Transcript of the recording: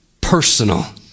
personal